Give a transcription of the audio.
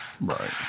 right